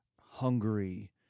Hungary